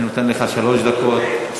אני נותן לך שלוש דקות, תפאדל.